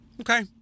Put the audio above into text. Okay